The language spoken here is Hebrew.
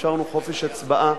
ואפשרנו חופש הצבעה.